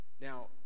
now